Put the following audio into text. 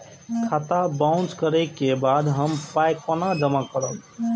खाता बाउंस करै के बाद हम पाय कोना जमा करबै?